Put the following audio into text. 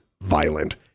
violent